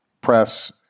press